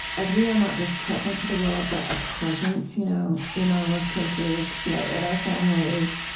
as we are not just present to the world, but a presence you know in our workplaces, you know in our families,